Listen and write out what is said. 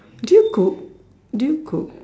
do you cook do you cook